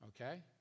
Okay